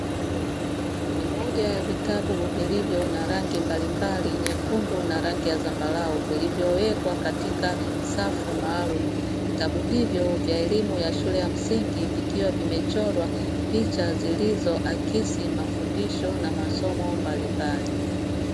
Ni moja ya vitabu vilivyo na rangi mbalimbali (nyekundu na rangi ya zambarau) vilivyowekwa katika safu maalumu. Vitabu hivyo vya elimu ya shule ya msingi vikiwa vimechorwa picha zilizoakisi mafundisho na masomo mbalimbali.